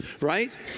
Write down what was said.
right